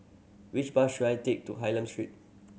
which bus should I take to Hylam Street